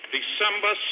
December